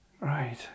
Right